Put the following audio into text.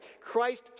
Christ